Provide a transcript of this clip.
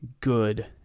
good